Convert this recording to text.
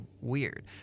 weird